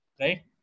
right